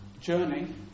journey